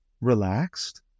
relaxed